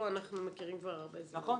אנחנו מכירים כבר הרבה זמן.